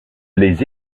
les